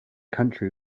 country